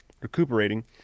recuperating